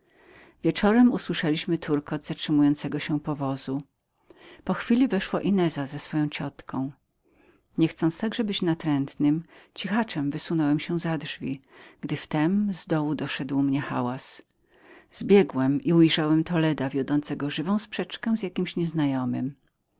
wieczorem usłyszeliśmy turkot zatrzymującego się powozu po chwili weszła ineza z swoją ciotką nie chcąc także być natrętnym cichaczem wysunąłem się za drzwi gdy w tem na dole doszedł mnie hałas zbiegłem i ujrzałem toleda wiodącego żywą sprzeczkę z jakimś nieznajomym